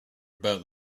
about